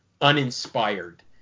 uninspired